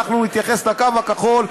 אנחנו נתייחס לקו הכחול,